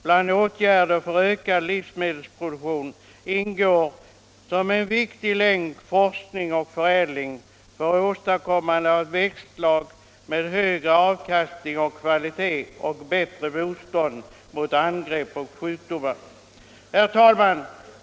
Bland åtgärder för ökad livsmedelsproduktion ingår som en viktig länk forskning och förädling för åstadkommande av växtslag med högre avkastning och kvalitet och bättre motstånd mot angrepp och sjukdomar. Herr talman!